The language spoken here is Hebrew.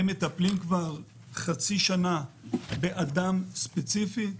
הם מטפלים כבר חצי שנה באדם ספציפי,